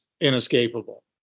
inescapable